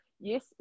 yes